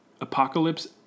Apocalypse